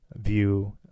view